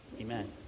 Amen